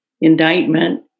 indictment